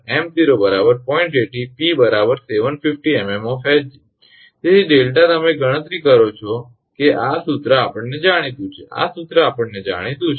80 𝑝 750 𝑚𝑚 𝑜𝑓 𝐻𝑔 તેથી 𝛿 તમે ગણતરી કરો છો કે આ સૂત્ર આપણને જાણીતું છે આ સૂત્ર આપણને જાણીતું છે